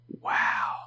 Wow